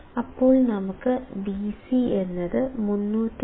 അപ്പോൾ നമുക്ക് Vc 313